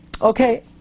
Okay